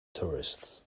tourists